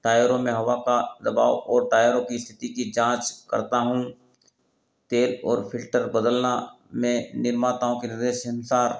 टायरों में हवा का दबाव और टायरों की स्थिति की जाँच करता हूँ तेल ओर फ़िल्टर बदलने में निर्माताओं के निर्देश अनुसार